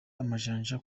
amajanja